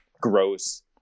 gross